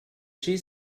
she